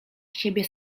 siebie